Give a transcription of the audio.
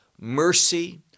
mercy